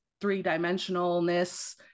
three-dimensionalness